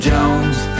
Jones